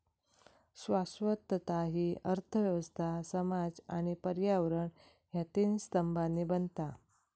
शाश्वतता हि अर्थ व्यवस्था, समाज आणि पर्यावरण ह्या तीन स्तंभांनी बनता